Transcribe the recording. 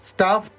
Staff